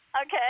Okay